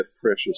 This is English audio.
precious